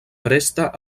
presta